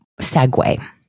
segue